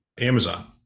Amazon